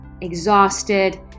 exhausted